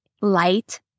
light